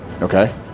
Okay